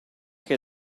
che